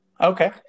Okay